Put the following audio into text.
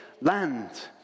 land